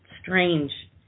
strange